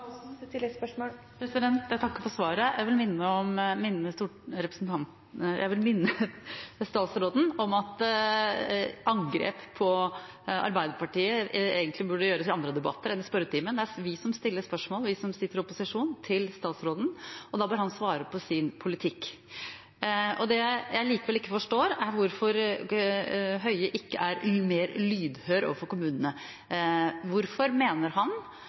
Jeg takker for svaret. Jeg vil minne statsråden om at angrep på Arbeiderpartiet egentlig burde gjøres i andre debatter enn i spørretimen. Det er vi som sitter i opposisjon, som stiller spørsmål til statsråden, og da bør han svare på sin politikk. Det jeg likevel ikke forstår, er hvorfor Høie ikke er mer lydhør overfor kommunene. Hvorfor mener han